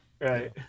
Right